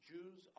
Jews